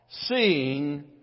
seeing